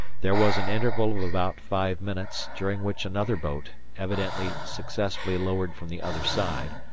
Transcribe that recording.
there was an interval of about five minutes, during which another boat, evidently successfully lowered from the other side,